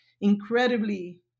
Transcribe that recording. incredibly